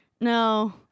No